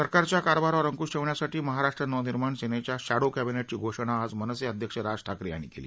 सरकारच्या कारभारावर अंक्श ठेवण्यासाठी महाराष्ट्र नवनिर्माण सेनेच्या शश्वो क्बिनेट ची घोषणा आज मनसे अध्यक्ष राज ठाकरे यांनी केली